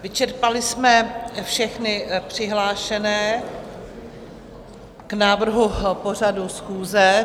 Vyčerpali jsme všechny přihlášené k návrhu pořadu schůze.